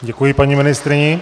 Děkuji paní ministryni.